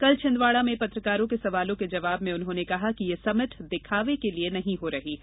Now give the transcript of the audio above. कल छिंदवाड़ा में पत्रकारों के सवालों के जवाब में उन्होंने कहा कि यह समिट दिखावे के लिए नहीं हो रही है